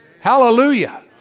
Hallelujah